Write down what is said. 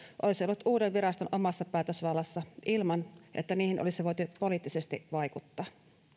olisi ollut uuden viraston omassa päätösvallassa ilman että niihin olisi voitu poliittisesti vaikuttaa